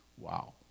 Wow